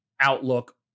outlook